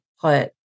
put